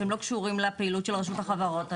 שהם לא קשורים לפעילות של רשות החברות היום.